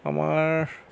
আমাৰ